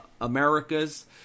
Americas